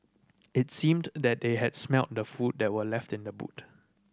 it seemed that they had smelt the food that were left in the boot